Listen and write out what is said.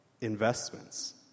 Investments